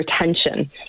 retention